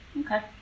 okay